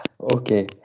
Okay